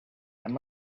and